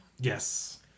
Yes